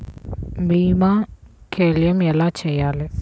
భీమ క్లెయిం ఎలా చేయాలి?